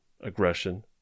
aggression